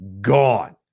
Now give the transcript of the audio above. gone